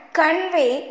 convey